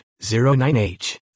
09H